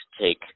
take